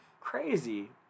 crazy